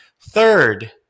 Third